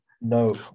No